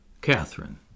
Catherine